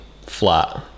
flat